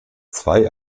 zwei